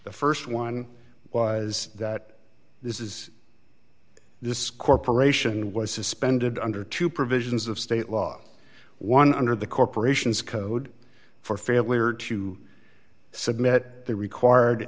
the st one was that this is this corporation was suspended under two provisions of state law one under the corporations code for failure to submit the required